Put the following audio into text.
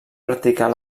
practicar